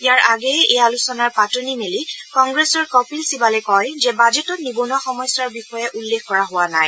ইয়াৰ আগেয়ে এই আলোচনাৰ পাতনি মেলি কংগ্ৰেছৰ কপিল ছিবালে কয় যে বাজেটত নিৱনুৱা সমস্যাৰ বিষয়ে উল্লেখ কৰা হোৱা নাই